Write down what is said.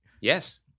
yes